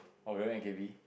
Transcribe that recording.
oh you went with K_V